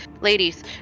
ladies